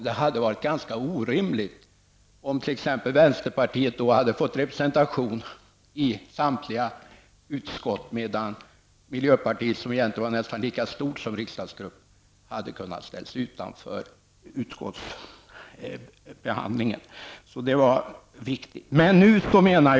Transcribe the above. Det hade varit ganska orimligt om t.ex. vänsterpartiet fått representation i samtliga utskott medan miljöpartiet, vars riksdagsgrupp egentligen var nästan lika stor, hade ställts utanför utskottsbehandlingen. Detta var ett viktigt beslut.